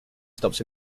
stops